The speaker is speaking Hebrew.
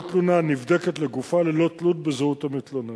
כל תלונה נבדקת לגופה, ללא תלות בזהות המתלונן.